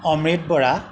Amrit Bora